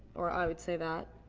or i would say that,